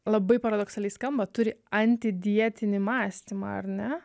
labai paradoksaliai skamba turi antidietinį mąstymą ar ne